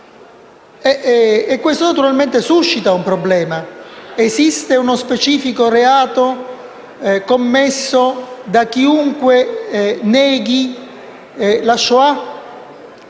Questo naturalmente suscita un problema: esiste uno specifico reato commesso da chiunque neghi la Shoah?